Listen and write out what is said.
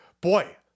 Boy